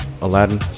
aladdin